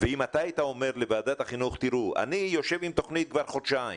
ואם אתה היית אומר לוועדת החינוך שאתה יושב עם תוכנית כבר חודשיים